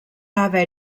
haver